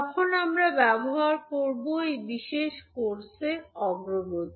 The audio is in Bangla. যখন আমরা ব্যবহার করব এই বিশেষ কোর্সে অগ্রগতি